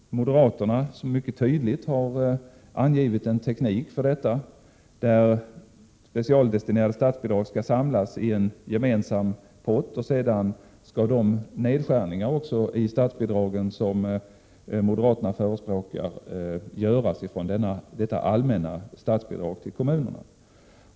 Moderaterna har mycket tydligt angivit en teknik för detta, där specialdestinerade statsbidrag skall samlas i en gemensam pott, och sedan skall de nedskärningar som moderaterna förespråkar göras från detta allmänna statsbidrag till kommunerna.